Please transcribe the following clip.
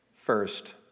First